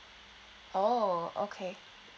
oh okay